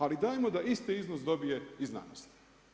Ali dajmo da isti iznos dobije i znanost.